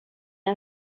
est